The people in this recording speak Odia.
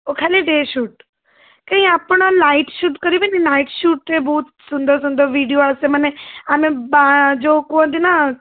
ଓ ଖାଲି ଡେ ସୁଟ୍ କାହିଁ ଆପଣ ନାଇଟ୍ ସୁଟ୍ କରିବେନି ନାଇଟ୍ ସୁଟ୍ରେ ବହୁତ ସୁନ୍ଦର ସୁନ୍ଦର ଭିଡ଼ିଓ ଆସେ ମାନେ ଆମେ ଯେଉଁ କୁହନ୍ତି ନା